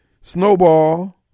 Snowball